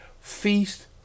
Feast